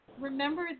Remember